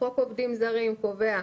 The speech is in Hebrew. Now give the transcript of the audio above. חוק עובדים זרים קובע,